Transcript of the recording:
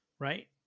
Right